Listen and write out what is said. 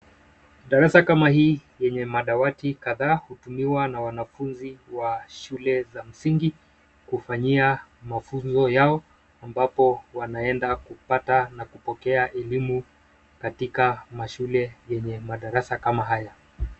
Darasa kama hii yenye madawati kadhaa hutumiwa na wanafunzi wa shule za msingi kufanyia mafunzo yao, ambapo wanaenda kupata na kupokea elimu katika mashule yenye madarasa kama haya.